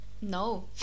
No